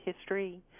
history